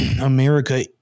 America—